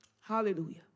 Hallelujah